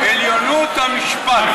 עליונות המשפט ועליונות,